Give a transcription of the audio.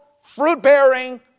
fruit-bearing